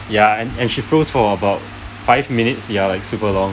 ya and and she froze about five minutes ya super long